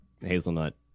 hazelnut